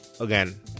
again